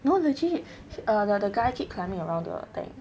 no legit uh the the the guy keep climbing aroung the tank